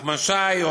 נחמן שי,